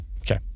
Okay